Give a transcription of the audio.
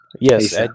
Yes